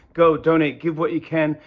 go donate. give what you can.